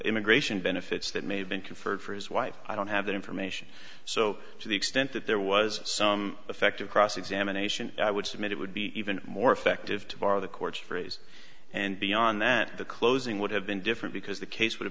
immigration benefits that may have been conferred for his wife i don't have that information so to the extent that there was some effect of cross examination i would submit it would be even more effective to bar the courts freeze and beyond that the closing would have been different because the case would